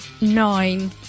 nine